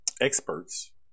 experts